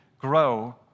grow